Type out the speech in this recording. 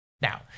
Now